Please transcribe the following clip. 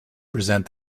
present